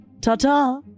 Ta-ta